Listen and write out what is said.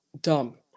Dumb